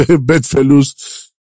bedfellows